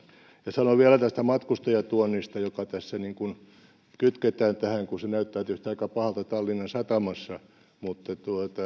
sanon vielä tästä matkustajatuonnista joka kytketään tähän kun se näyttää tietysti aika pahalta tallinnan satamassa että